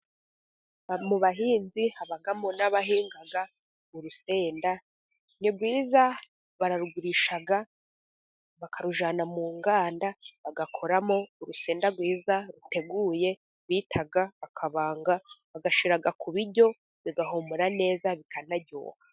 Mu bahinzi habamo n'abahinga urusenda ni rwiza bararugurisha bakarujyana mu nganda, bagakoramo urusenda rwiza ruteguye bita akabanga, bagashyira ku biryo bigahumura neza bikanaryoha.